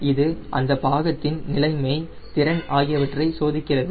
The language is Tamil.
இது அந்த பாகத்தின் நிலைமை திறன் ஆகியவற்றை சோதிக்கிறது